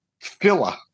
filler